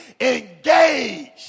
engaged